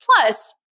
plus